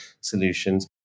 solutions